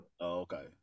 okay